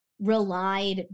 relied